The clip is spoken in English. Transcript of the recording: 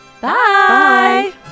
Bye